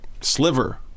Sliver